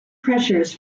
pressures